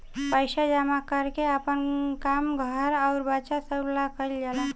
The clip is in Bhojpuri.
पइसा जमा कर के आपन काम, घर अउर बच्चा सभ ला कइल जाला